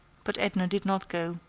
but edna did not go.